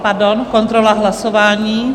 Pardon kontrola hlasování.